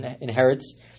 inherits